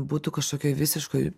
būtų kažkokioj visiškoj